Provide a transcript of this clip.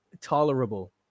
tolerable